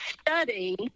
study